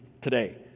today